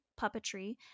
puppetry